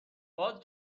باز